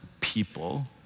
people